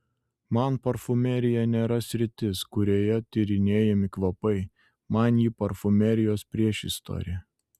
man parfumerija nėra sritis kurioje tyrinėjami kvapai man ji parfumerijos priešistorė